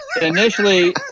Initially